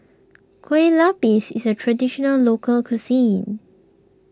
Kueh Lapis is a Traditional Local Cuisine